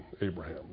Abraham